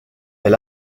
elle